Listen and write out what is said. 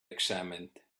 examined